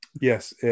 Yes